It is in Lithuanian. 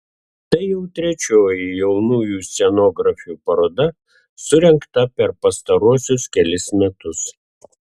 tai jau trečioji jaunųjų scenografių paroda surengta per pastaruosius kelis metus